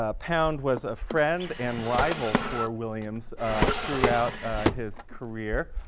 ah pound was a friend and rival for williams throughout his career.